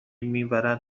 میبرند